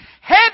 Head